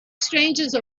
strangest